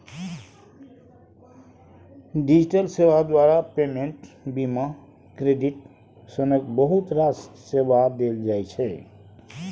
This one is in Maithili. डिजिटल सेबा द्वारा पेमेंट, बीमा, क्रेडिट सनक बहुत रास सेबा देल जाइ छै